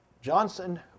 Johnson